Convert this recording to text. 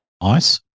Ice